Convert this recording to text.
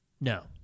No